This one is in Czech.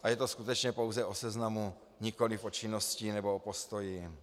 A je to skutečně pouze o seznamu, nikoliv o činnosti nebo o postoji.